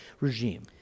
regime